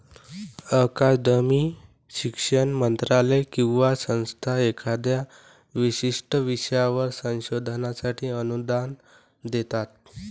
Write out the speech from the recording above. अकादमी, शिक्षण मंत्रालय किंवा संस्था एखाद्या विशिष्ट विषयावरील संशोधनासाठी अनुदान देतात